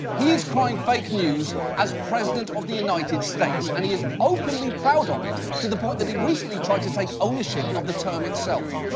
he's crying fake news as president of the united states, and he is openly proud of it, to the point that he recently tried to take ownership of the term itself.